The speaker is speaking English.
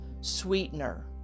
sweetener